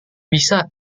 bisa